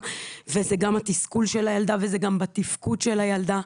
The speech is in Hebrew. וזה גם התסכול של הילדה וזה גם בתפקוד של הילדה.